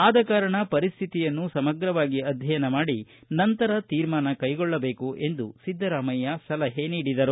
ಆದ ಕಾರಣ ಪರಿಸ್ತಿತಿಯನ್ನು ಸಮಗ್ರವಾಗಿ ಅಧ್ಯಯನ ಮಾಡಿ ನಂತರ ತೀರ್ಮಾನ ಕೈಗೊಳ್ಳಬೇಕು ಎಂದು ಸಿದ್ದರಾಮಯ್ಯ ಸಲಹೆ ನೀಡಿದರು